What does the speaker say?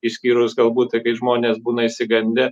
išskyrus galbūt tai kai žmonės būna išsigandę